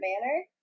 manner